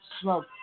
smoke